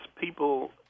people